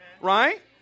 Right